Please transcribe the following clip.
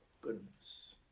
goodness